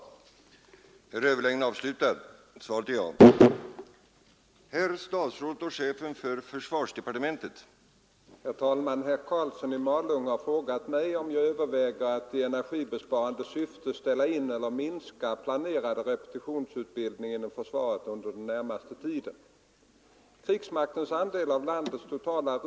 het i vissa fall